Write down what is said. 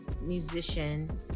musician